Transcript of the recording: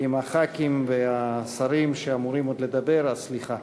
עם הח"כים ועם השרים שאמורים עוד לדבר הסליחה.